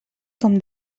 com